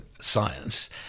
science